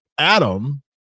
Adam